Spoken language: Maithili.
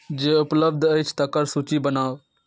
जे उपलब्ध अछि तकर सूची बनाउ